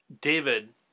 David